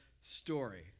story